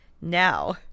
Now